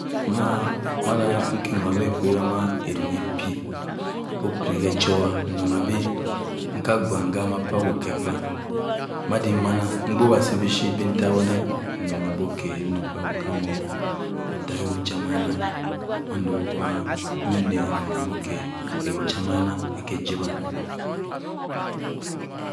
Maa mada iki nwọwa ma aromi apẹ opiri e echawa nronnang bi ma abyubha nkama pa awo ke ekpa madin mama nbọkiasi bipurit be ntawoda nnronam bọ oka ibinokpabyi otam ọọ ada ka wa cha mayima manda kwa emmi rannag okay awo cha mayima aka chiwa